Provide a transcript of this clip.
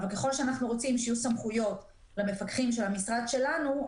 ככל שאנחנו רוצים שיהיו סמכויות למפקחים של המשרד שלנו,